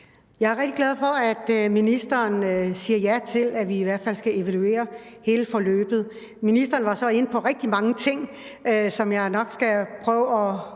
Jeg er rigtig glad for, at ministeren siger ja til, at vi i hvert fald skal evaluere hele forløbet. Ministeren var så inde på rigtig mange ting, som jeg nok skal prøve at